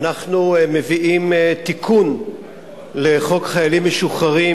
אנחנו מביאים תיקון לחוק חיילים משוחררים,